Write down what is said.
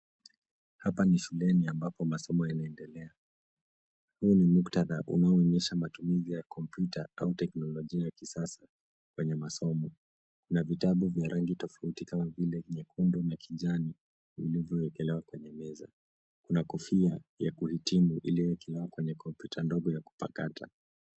Hapa ni shuleni ambapo masomo yanaendelea. Huu ni muktadha unaonyesha matumizi ya kompyuta au teknolojia ya kisasa kwenye masomo. Kuna vitabu vya rangi tofauti kama vile nyekundu na kijani vilivyowekelewa kwenye meza. Kuna kofia ya kuhitimu iliyowekelewa kwenye kompyuta ndogo ya kupakata.